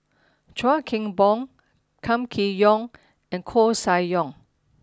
Chuan Keng Boon Kam Kee Yong and Koeh Sia Yong